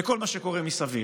לכל מה שקורה מסביב.